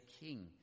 king